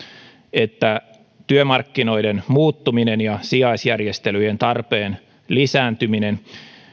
että työmarkkinoiden muuttuminen ja sijaisjärjestelyjen tarpeen lisääntyminen